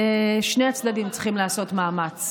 שני הצדדים צריכים לעשות מאמץ.